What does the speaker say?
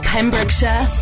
Pembrokeshire